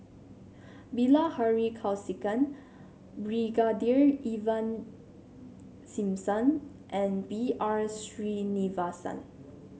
Bilahari Kausikan Brigadier Ivan Simson and B R Sreenivasan